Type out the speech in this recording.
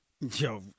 Yo